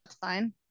fine